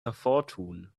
hervortun